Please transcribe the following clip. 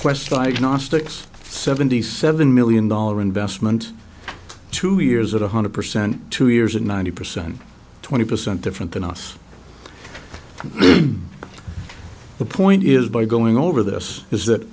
quest gnostics seventy seven million dollar investment two years at one hundred percent two years and ninety percent twenty percent different than us the point is by going over this is that